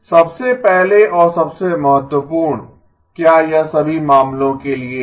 सबसे पहले और सबसे महत्वपूर्ण क्या यह सभी मामलों के लिए है